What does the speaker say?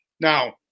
Now